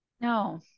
No